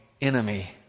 enemy